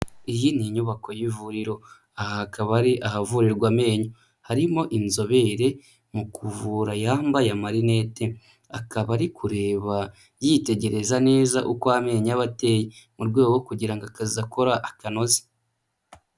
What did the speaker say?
Iyi ni inyubako y'ivuriro. Aha akaba ari ahavurirwa amenyo. Harimo inzobere mu kuvura yambaye amarinete, akaba ari kureba yitegereza neza uko amenyo aba ateye mu rwego rwo kugira ngo akazi akora akanoze.